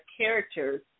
characters